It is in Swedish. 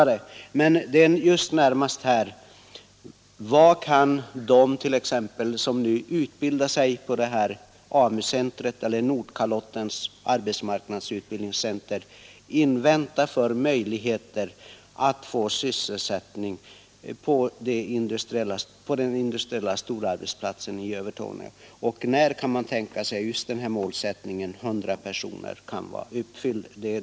De frågor det nu närmast gäller är dessa: Vilka möjligheter har de som utbildar sig på Norrbottens arbetsmarknadsutbildningscenter att få sysselsättning på den industriella storarbetsplatsen i Övertorneå? Och när kan man vänta sig att målsättningen om 100 personer är uppfylld?